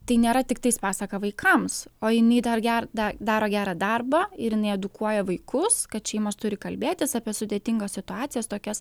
tai nėra tiktais pasaka vaikams o jinai dar ger da daro gerą darbą ir jinai edukuoja vaikus kad šeimos turi kalbėtis apie sudėtingas situacijas tokias